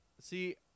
See